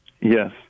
Yes